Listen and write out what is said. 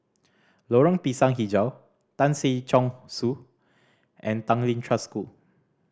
Lorong Pisang Hijau Tan Si Chong Su and Tanglin Trust School